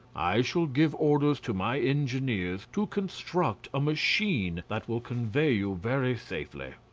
i shall give orders to my engineers to construct a machine that will convey you very safely.